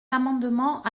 amendements